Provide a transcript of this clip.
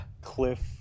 Cliff –